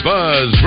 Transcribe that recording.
Buzz